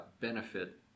benefit